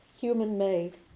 human-made